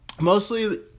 Mostly